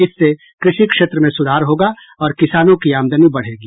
इससे कृषि क्षेत्र में सुधार होगा और किसानों की आमदनी बढ़ेगी